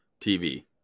TV